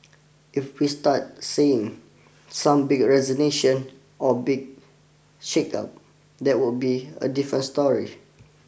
if we start seeing some big resignation or big shake up that would be a different story